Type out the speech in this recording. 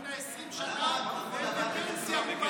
שמלפני 20 שנה והם בפנסיה.